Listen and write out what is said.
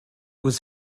was